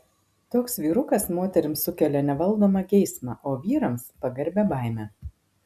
toks vyrukas moterims sukelia nevaldomą geismą o vyrams pagarbią baimę